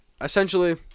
essentially